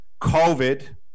COVID